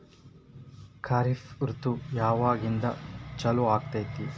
ಖಾರಿಫ್ ಋತು ಯಾವಾಗಿಂದ ಚಾಲು ಆಗ್ತೈತಿ?